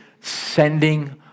sending